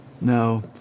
no